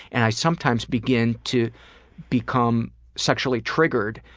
and i sometimes begin to become sexually triggered,